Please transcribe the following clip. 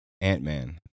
Ant-Man